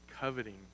coveting